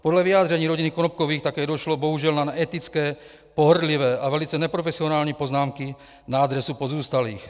Podle vyjádření rodiny Konopkových také došlo bohužel na neetické, pohrdlivé a velice neprofesionální poznámky na adresu pozůstalých.